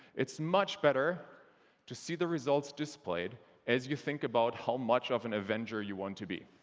it's much better to see the results displayed as you think about how much of an avenger you want to be.